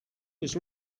was